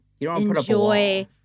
enjoy